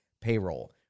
payroll